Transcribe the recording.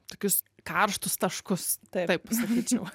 tokius karštus taškus taip pasakyčiau